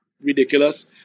ridiculous